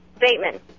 Bateman